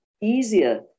easier